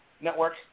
Network